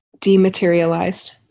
dematerialized